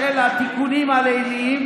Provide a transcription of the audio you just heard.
של התיקונים הליליים,